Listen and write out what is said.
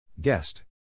Guest